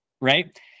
right